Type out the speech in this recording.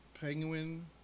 Penguin